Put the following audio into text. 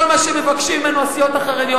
וכל מה שמבקשות ממנו הסיעות החרדיות,